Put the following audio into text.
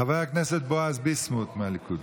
חבר הכנסת בועז ביסמוט מהליכוד.